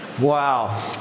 Wow